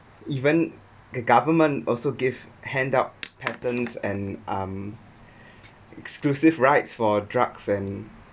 even the government also give handouts patents and um exclusive rights for drugs and